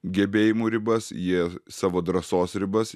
gebėjimų ribas jie savo drąsos ribas